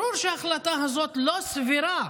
ברור שההחלטה הזאת לא סבירה.